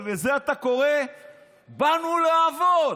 ולזה אתה קורא "באנו לעבוד"?